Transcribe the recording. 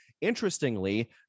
Interestingly